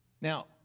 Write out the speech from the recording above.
Now